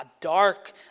dark